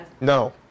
No